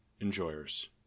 enjoyers